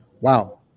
wow